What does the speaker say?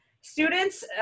students